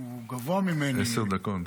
עשר דקות.